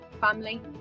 family